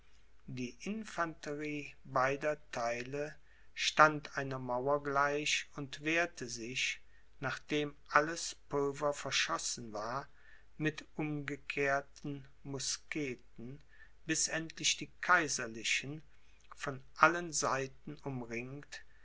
die infanterie beider theile stand einer mauer gleich und wehrte sich nachdem alles pulver verschossen war mit umgekehrten muskete bis endlich die kaiserlichen von allen seiten umringt